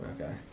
Okay